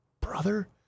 brother